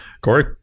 Corey